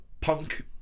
punk